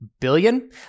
billion